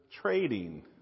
trading